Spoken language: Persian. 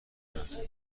است